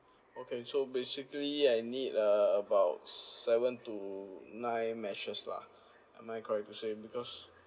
okay so basically I need uh about seven to nine meshes lah am I correct to say because